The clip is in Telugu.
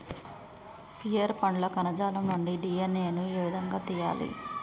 పియర్ పండ్ల కణజాలం నుండి డి.ఎన్.ఎ ను ఏ విధంగా తియ్యాలి?